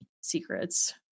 secrets